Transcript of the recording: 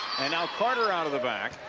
now carter out of the back